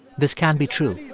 this can't be true.